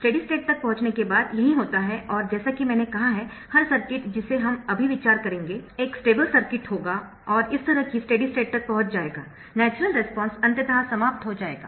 steady state तक पहुंचने के बाद यही होता है और जैसा कि मैंने कहा है हर सर्किट जिसे हम अभी विचार करेंगे एक स्टेबल सर्किट होगा और इस तरह की स्टेडी स्टेट तक पहुंच जाएगा नैचरल रेस्पॉन्स अंततः समाप्त हो जाएगा